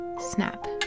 Snap